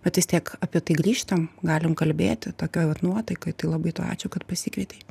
bet vis tiek apie tai grįžtam galim kalbėti tokioj vat nuotaikoj tai labai tau ačiū kad pasikvietei